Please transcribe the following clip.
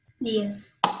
Yes